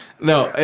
No